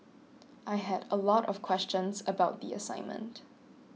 I had a lot of questions about the assignment